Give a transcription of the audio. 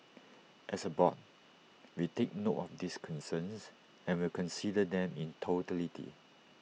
as A board we take note of these concerns and will consider them in totality